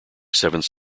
seventh